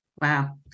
Wow